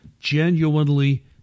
genuinely